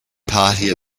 party